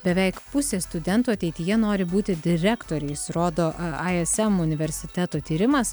beveik pusė studentų ateityje nori būti direktoriais rodo aiesem universiteto tyrimas